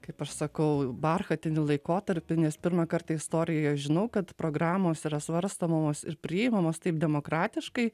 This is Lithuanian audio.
kaip aš sakau barchatinį laikotarpį nes pirmą kartą istorijoje žinau kad programos yra svarstomomos ir priimamos taip demokratiškai